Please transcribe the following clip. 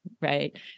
right